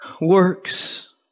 works